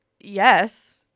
Yes